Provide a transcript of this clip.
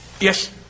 Yes